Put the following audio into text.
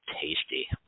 tasty